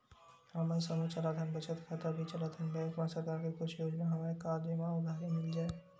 हमन समूह चलाथन बचत खाता भी चलाथन बैंक मा सरकार के कुछ योजना हवय का जेमा उधारी मिल जाय?